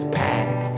pack